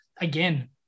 again